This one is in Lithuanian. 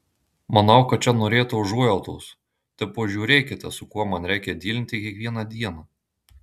manau kad čia norėta užuojautos tipo žiūrėkite su kuo man reikia dylinti kiekvieną dieną